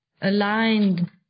aligned